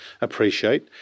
appreciate